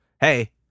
hey